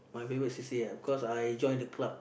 my favourite c_c_a ah cause I joined the club